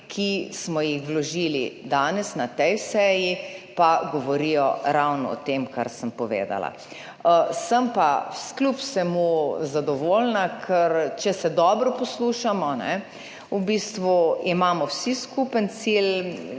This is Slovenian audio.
ki smo jih vložili danes na tej seji pa govorijo ravno o tem, kar sem povedala. Sem pa kljub vsemu zadovoljna, ker če se dobro poslušamo, v bistvu imamo vsi skupen cilj,